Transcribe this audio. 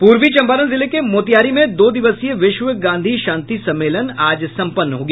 पूर्वी चंपारण जिले के मोतिहारी में दो दिवसीय विश्व गांधी शांति सम्मेलन आज सम्पन्न हो गया